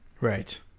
Right